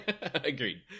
Agreed